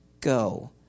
Go